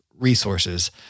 resources